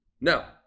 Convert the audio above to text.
now